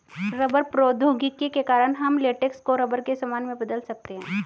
rubber प्रौद्योगिकी के कारण हम लेटेक्स को रबर के सामान में बदल सकते हैं